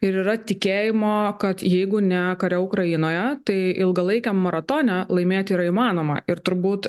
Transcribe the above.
ir yra tikėjimo kad jeigu ne kare ukrainoje tai ilgalaikiam maratone laimėti yra įmanoma ir turbūt